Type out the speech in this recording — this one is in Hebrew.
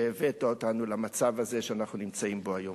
שהבאת אותנו למצב הזה שאנחנו נמצאים בו היום.